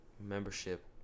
membership